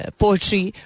poetry